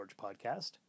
podcast